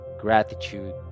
gratitude